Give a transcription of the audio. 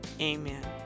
amen